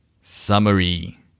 Summary